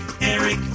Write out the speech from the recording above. Eric